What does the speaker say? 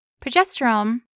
progesterone